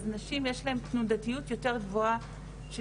אז נשים יש להן תנודתיות יותר גבוהה של